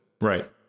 Right